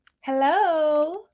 Hello